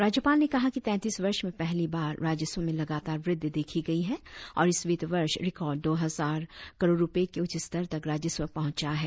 राज्यपाल ने कहा कि तैतीस वर्ष में पहली बार राजस्व में लगातार वृद्धि देखी गई है और इस वित्त वर्ष रिकॉर्ड दो हजार करोड़ रुपए के उच्च स्तर तक राजस्व पहुंचा है